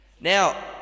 Now